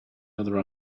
other